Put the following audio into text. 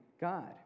God